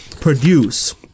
produce